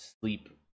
sleep